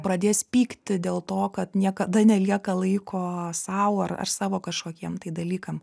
pradės pykti dėl to kad niekada nelieka laiko sau ar ar savo kažkokiem dalykam